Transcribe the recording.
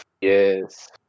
Yes